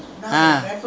starting from